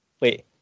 wait